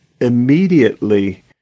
immediately